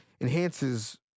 enhances